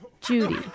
Judy